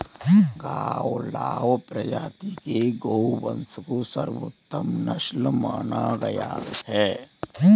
गावलाव प्रजाति के गोवंश को सर्वोत्तम नस्ल माना गया है